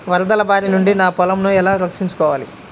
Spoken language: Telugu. వరదల భారి నుండి నా పొలంను ఎలా రక్షించుకోవాలి?